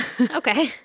Okay